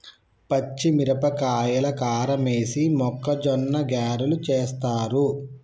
పచ్చిమిరపకాయల కారమేసి మొక్కజొన్న గ్యారలు చేస్తారు